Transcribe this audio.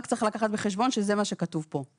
רק צריך לקחת בחשבון שזה מה שכתוב פה.